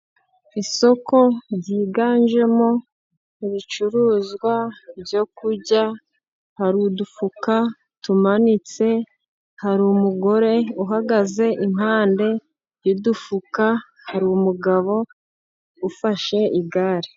Isoko ryiganjemo ibicuruzwa byo kurya, hari udufuka tumanitse, hari umugore uhagaze impande y'udufuka, hari umugabo ufashe igare.